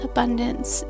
Abundance